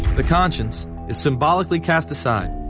the conscience is symbolically cast aside.